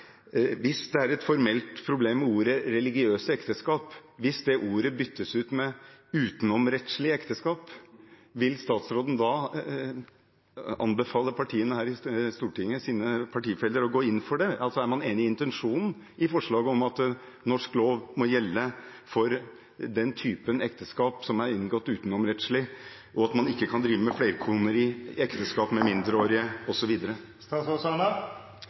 Hvis det er et formelt problem med begrepet «religiøse ekteskap», og det byttes ut med «utenomrettslige ekteskap» – vil statsråden da anbefale partiene i Stortinget, og sine partifeller, å gå inn for det? Er man enig i intensjonen i forslaget, at norsk lov også må gjelde for den type ekteskap som er inngått utenomrettslig, og at man ikke kan drive med flerkoneri, ekteskap med mindreårige